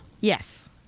Yes